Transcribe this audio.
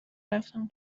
رفتم